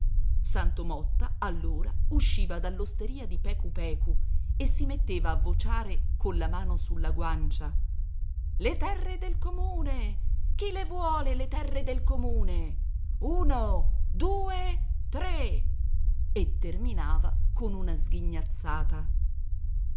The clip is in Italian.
santo motta allora usciva dall'osteria di pecu pecu e si metteva a vociare colla mano sulla guancia le terre del comune chi vuole le terre del comune uno due tre e terminava con una sghignazzata